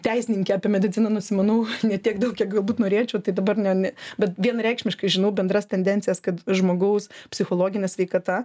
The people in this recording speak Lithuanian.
teisininkė apie mediciną nusimanau ne tiek daug kiek galbūt norėčiau tai dabar ne ne bet vienareikšmiškai žinau bendras tendencijas kad žmogaus psichologinė sveikata